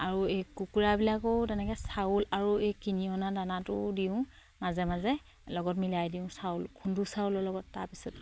আৰু এই কুকুৰাবিলাকেও তেনেকে চাউল আৰু এই কিনি অনা দানাটো দিওঁ মাজে মাজে লগত মিলাই দিওঁ চাউল খুন্দুৰ চাউলৰ লগত তাৰপিছত